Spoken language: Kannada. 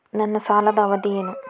ನನ್ನ ಸಾಲದ ಅವಧಿ ಏನು?